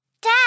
Dad